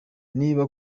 niba